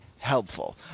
helpful